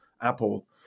Apple